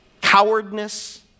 Cowardness